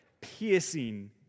piercing